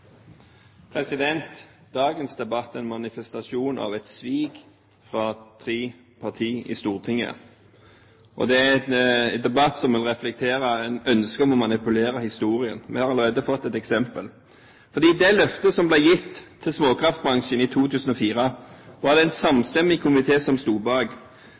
en debatt som reflekterer et ønske om å manipulere historien. Vi har allerede fått et eksempel. Det løftet som ble gitt til småkraftbransjen i 2004, var det en samstemmig komité som sto bak.